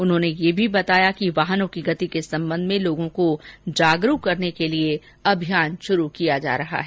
उन्होंने ये भी बताया कि वाहनों की गति के सम्बन्ध में लोगों को जागरुक करने के लिए अभियान शुरु किया गया है